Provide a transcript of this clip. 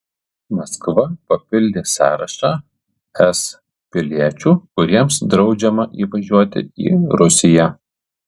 maskva papildė sąrašą es piliečių kuriems draudžiama įvažiuoti į rusiją